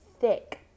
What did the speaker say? thick